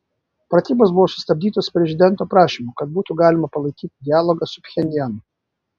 pratybos buvo sustabdytos prezidento prašymu kad būtų galima palaikyti dialogą su pchenjanu